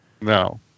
No